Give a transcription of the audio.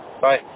Bye